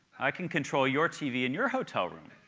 i can control your tv in your hotel room.